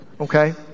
Okay